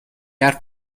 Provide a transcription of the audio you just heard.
حرف